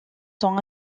sont